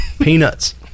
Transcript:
Peanuts